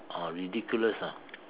oh ridiculous ah